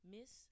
Miss